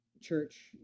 church